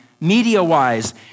media-wise